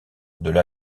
delà